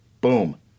Boom